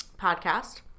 podcast